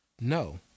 No